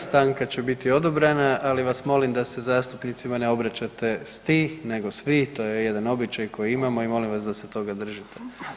Stanka će biti odobrena, ali vas molim da se zastupnicima ne obraćate s „ti“ nego s „vi“, to je jedan običaj koji imamo i molim vas da se toga držite.